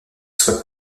soit